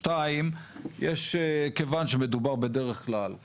דבר שני, כיוון שמדובר בדרך כלל בערבים,